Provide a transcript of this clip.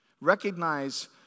Recognize